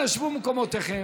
אנא שבו במקומותיכם.